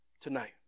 tonight